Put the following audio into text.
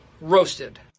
Roasted